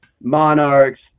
monarchs